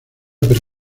per